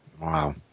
Wow